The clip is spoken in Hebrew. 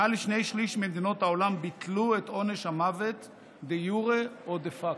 מעל לשני שלישים ממדינות העולם ביטלו את עונש המוות דה יורה או דה פקטו.